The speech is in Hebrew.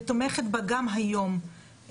ותומכת בה גם היום.